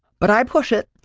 but i push it.